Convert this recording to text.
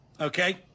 Okay